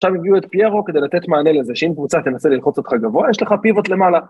‫ךשם הביאו את פיירו כדי לתת מענה לזה, ‫שאם קבוצה תנסה ללחוץ אותך גבוה, ‫יש לך פיווט למעלה.